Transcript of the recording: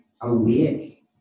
awake